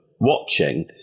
Watching